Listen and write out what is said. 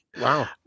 Wow